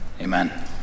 Amen